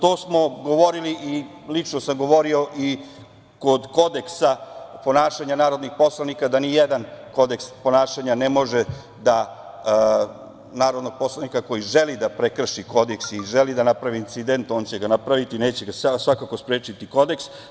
To smo govorili, lično sam govorio, i kod kodeksa ponašanja narodnih poslanika, da nijedan kodeks ponašanja ne može da narodnog poslanika koji želi da prekrši kodeks i želi da napravi incident, on će ga napraviti, neće ga svakako sprečiti Kodeks.